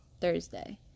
Thursday